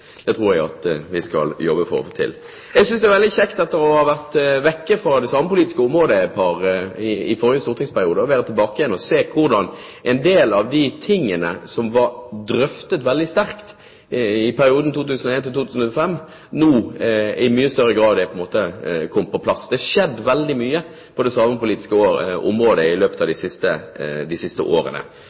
Det tror jeg vi skal jobbe for å få til. Etter å ha vært borte fra det samepolitiske området i forrige stortingsperiode, synes jeg det er veldig kjekt å være tilbake og se hvordan en del av de sakene som ble drøftet veldig sterkt i perioden 2001–2005, nå i mye større grad er kommet på plass. Det har skjedd veldig mye på det samepolitiske området i løpet av de siste årene. En av de